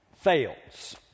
fails